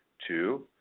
two.